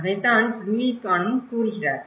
அதைத்தான் லூயிஸ் கானும் கூறுகிறார்